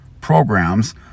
programs